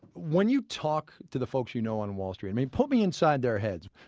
when you talk to the folks you know on wall street, i mean, put me inside their heads.